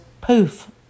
poof